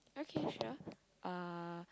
okay sure uh